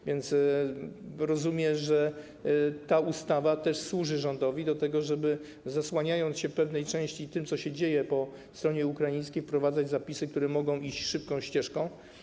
A więc rozumiem, że ta ustawa też służy rządowi do tego, żeby zasłaniając się w pewnej części tym, co się dzieje po stronie ukraińskiej, wprowadzać zapisy, które mogą iść szybką ścieżką.